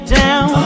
down